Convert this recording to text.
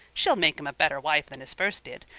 she'll make him a better wife than his first did.